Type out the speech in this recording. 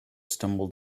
stumbled